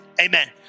amen